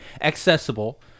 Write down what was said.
accessible